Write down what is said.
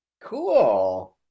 Cool